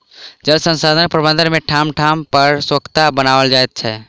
जल संसाधन प्रबंधन मे ठाम ठाम पर सोंखता बनाओल जाइत छै